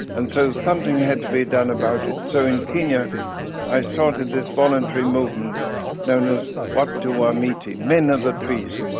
and so something had to be done about it. so in kenya i started this a voluntary movement known as watu wa miti, men of the trees,